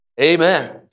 Amen